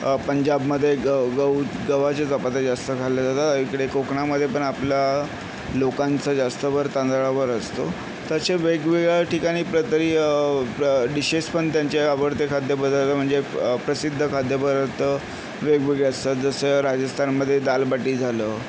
पंजाबमध्ये गहू गव्हाच्या चपात्या जास्त खाल्ल्या जातात इकडे कोकणामध्ये पण आपल्या लोकांचा जास्त भर तांदळावर असतो तसे वेगवेगळ्या ठिकाणी प्र तरी डीशेस पण त्यांच्या आवडते खाद्यपदार्थ म्हणजे प्रसिद्ध खाद्यपदार्थ वेगवेगळे असतात जसं राजस्थानमध्ये दालबाटी झालं